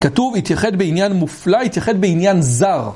כתוב, התייחד בעניין מופלא, התייחד בעניין זר.